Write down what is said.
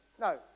No